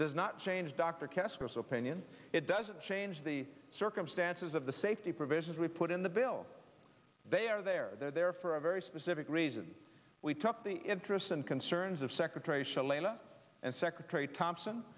does not change dr castro's opinion it doesn't change the circumstances of the safety provisions we put in the bill they are there they're there for a very specific reason we took the interests and concerns of secretary shalala and secretary thompson